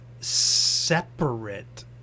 separate